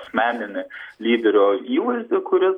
asmeninį lyderio įvaizdį kuris